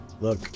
look